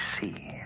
see